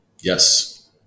yes